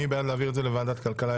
מי בעד להעביר את זה לוועדת הכלכלה?